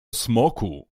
smoku